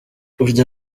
burya